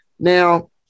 Now